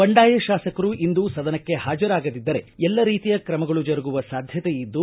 ಬಂಡಾಯ ಶಾಸಕರು ಇಂದು ಸದನಕ್ಕೆ ಹಾಜರಾಗದಿದ್ದರೆ ಎಲ್ಲ ರೀತಿಯ ತ್ರಮಗಳು ಜರುಗುವ ಸಾಧ್ಯತೆ ಇದ್ದು